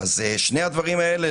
אז שני הדברים האלה,